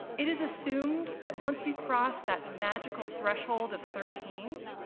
it is assumed that once you cross that magical threshold of thirteen,